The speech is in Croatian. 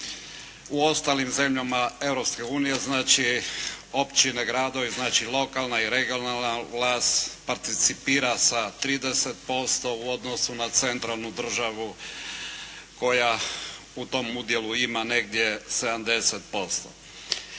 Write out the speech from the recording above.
u ostalim zemljama Europske unije, znači općine, gradovi, znači lokalna i regionalna vlast participira sa 30% u odnosu na centralnu državu koja u tom udjelu ima negdje 70%.